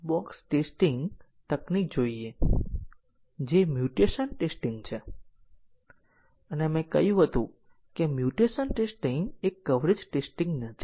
path testing માટે અમને તે પાથ શોધવા અને તેને ચલાવવા માટે ટેસ્ટ કેસ લખવાની જરૂર નથી